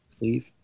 Leave